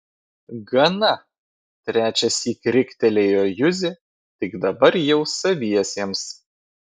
gana trečiąsyk riktelėjo juzė tik dabar jau saviesiems